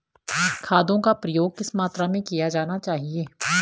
खादों का प्रयोग किस मात्रा में किया जाना चाहिए?